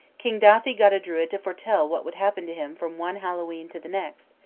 king dathi got a druid to foretell what would happen to him from one hallowe'en to the next,